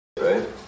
right